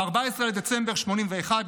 ב-14 בדצמבר 1981,